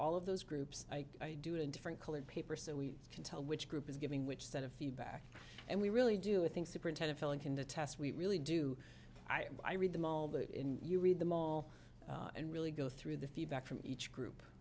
all of those groups i do it in different colored paper so we can tell which group is giving which set of feedback and we really do i think superintendent filling in the test we really do i read them all that in you read them all and really go through the feedback from each group